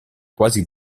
quasi